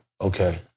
Okay